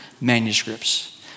manuscripts